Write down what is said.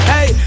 Hey